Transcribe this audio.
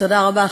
תודה רבה.